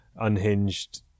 unhinged